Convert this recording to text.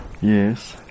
Yes